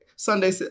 Sunday